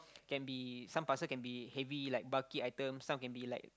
can be some parcel can be heavy like bulky items some can be like